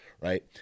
right